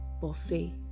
buffet